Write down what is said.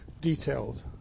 detailed